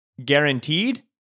guaranteed